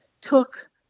took